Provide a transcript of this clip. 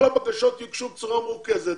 כל הבקשות יוגשו בצורה מרוכזת,